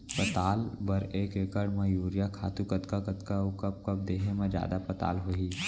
पताल बर एक एकड़ म यूरिया खातू कतका कतका अऊ कब कब देहे म जादा पताल होही?